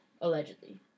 allegedly